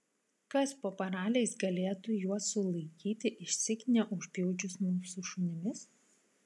kas po paraliais galėtų juos sulaikyti išsyk neužpjudžius mūsų šunimis